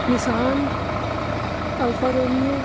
Nissan Alfa romeo